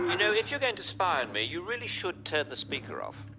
know if you're going to spy on me, you really should turn the speaker off.